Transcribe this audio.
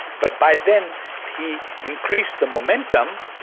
but by then he increased the momentum,